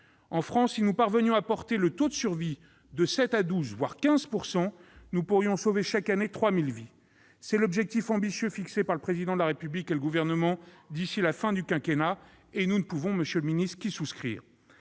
En France, si nous parvenions à porter le taux de survie de 7 % à 12 %, voire à 15 %, nous pourrions sauver chaque année 3 000 vies. C'est l'objectif ambitieux fixé par le Président de la République et le Gouvernement d'ici à la fin du quinquennat. Nous ne pouvons qu'y souscrire,